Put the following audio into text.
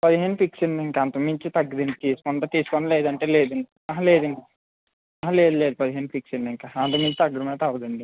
పదిహేను ఫిక్స్ అండి ఇంక అంతకు మించి తగ్గదండి తీసుకుంటే తీసుకోండి లేదంటే లేదు లేదండి లేదు లేదు పదిహేను ఫిక్స్ అండి ఇంక అంతకు మించి తగ్గడం అయితే అవదండి ఇంక